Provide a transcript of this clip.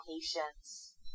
patience